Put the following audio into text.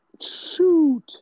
Shoot